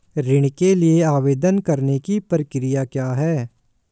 ऋण के लिए आवेदन करने की प्रक्रिया क्या है?